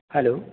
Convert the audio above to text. hello